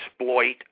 exploit